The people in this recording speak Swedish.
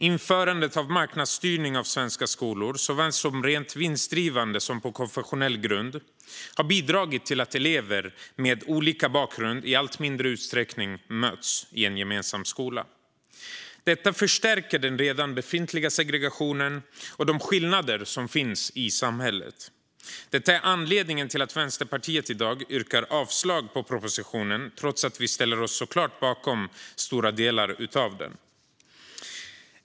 Införandet av marknadsstyrning av svenska skolor, såväl rent vinstdrivande skolor som skolor som vilar på konfessionell grund, har bidragit till att elever med olika bakgrund möts i allt mindre utsträckning i en gemensam skola. Detta förstärker den redan befintliga segregationen och de skillnader som finns i samhället. Detta är anledningen till att Vänsterpartiet i dag yrkar avslag på propositionen, trots att vi såklart står bakom stora delar av den.